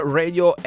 radio